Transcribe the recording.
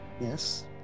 yes